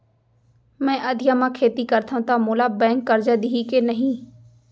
मैं अधिया म खेती करथंव त मोला बैंक करजा दिही के नही?